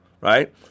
right